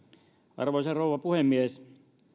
arvoisa rouva puhemies